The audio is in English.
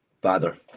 father